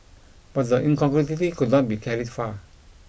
but the incongruity could not be carried far